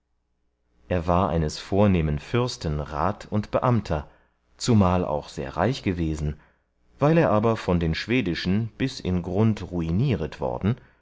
er war eines vornehmen fürsten rat und beamter zumal auch sehr reich gewesen weil er aber von den schwedischen bis in grund ruinieret worden